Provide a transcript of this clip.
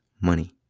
money